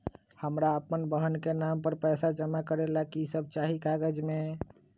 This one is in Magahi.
हमरा अपन बहन के नाम पर पैसा जमा करे ला कि सब चाहि कागज मे?